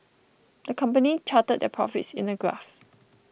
the company charted their profits in a graph